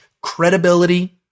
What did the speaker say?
credibility